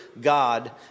God